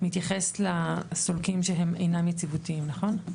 מתייחס לסולקים שהם אינם יציבותיים, נכון?